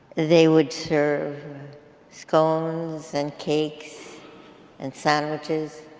they would serve scones and cakes and sandwiches